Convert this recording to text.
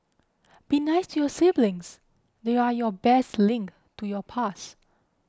be nice to your siblings they're your best link to your past